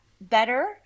better